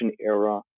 era